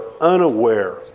unaware